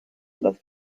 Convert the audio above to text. las